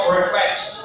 requests